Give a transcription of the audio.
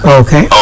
okay